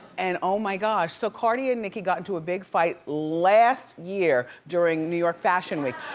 and oh my gosh, so cardi and nicki got into a big fight last year during new york fashion week.